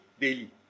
daily